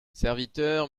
serviteur